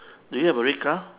do you have a red car